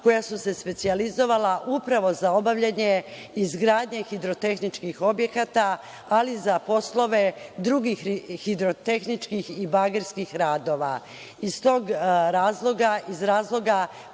koja su se specijalizovala upravo za obavljanje izgradnje hidrotehničkih objekata, ali i za poslove drugih hidrotehničkih i bagerskih radova. Iz